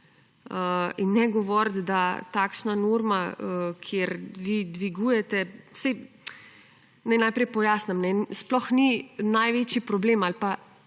in ne govoriti, da takšna norma, kjer vi dvigujete … Naj najprej pojasnim. Sploh ni največji problem ali pa